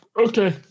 Okay